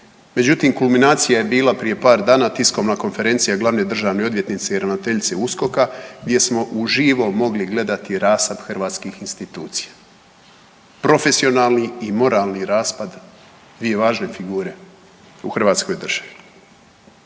međutim kulminacija je bila prije par dana, tiskovna konferencija glavne državne odvjetnice i ravnateljice USKOK-a gdje smo uživo mogli gledati rasap hrvatskih institucija, profesionalni i moralni raspad dvije važne figure u hrvatskoj državi.